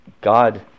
God